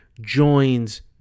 joins